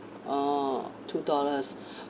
oh two dollars